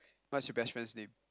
what's your best friend's name